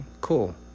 cool